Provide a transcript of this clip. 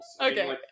okay